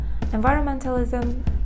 environmentalism